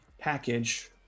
package